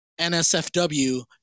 NSFW